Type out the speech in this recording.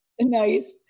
Nice